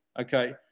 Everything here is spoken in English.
Okay